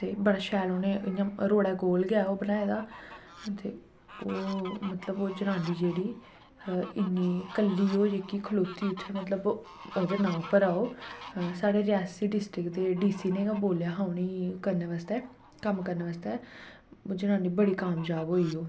ते बड़ा शैल उ'नें इ'यां रोडै कोल गै ऐ ओह् बनाए दा ते ओह् मतलब ओह् जनानी जेह्ड़ी इन्नी कल्ली ओह् जेह्की खलौती उत्थै मतलब ओह्दे नांऽ पर ऐ ओह् साढ़े रियासी डिस्ट्रिक्ट दे डी सी ने गै बोल्लेआ हा उ'नें गी करने बास्तै कम्म करने बास्तै जनानी बड़ी कामजाब होई ओह्